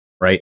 right